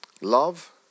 Love